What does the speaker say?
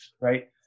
Right